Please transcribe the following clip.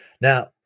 Now